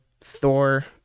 Thor